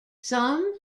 some